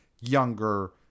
Younger